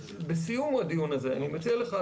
בסיום הדיון הזה אני מציע לך,